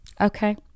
okay